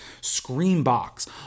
Screenbox